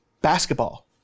basketball